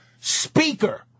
speaker